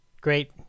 great